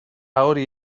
hori